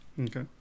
Okay